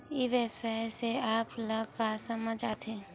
ई व्यवसाय से आप ल का समझ आथे?